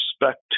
respect